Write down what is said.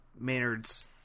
Maynard's